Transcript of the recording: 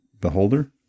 Beholder